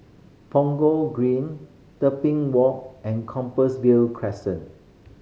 Punggol Green Tebing Walk and Compassvale Crescent